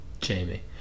Jamie